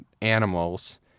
animals